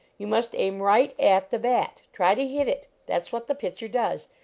you must aim right at the bat try to hit it that s what the pitcher does.